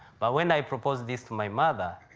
but when i proposed this to my mother,